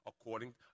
according